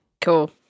Cool